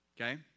Okay